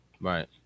Right